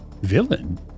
Villain